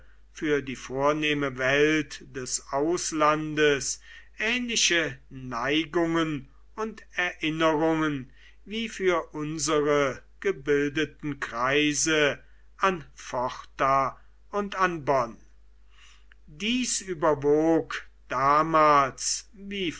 für die vornehme welt des auslandes ähnliche neigungen und erinnerungen wie für unsere gebildeten kreise an pforta und an bonn dies überwog damals wie